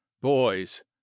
boys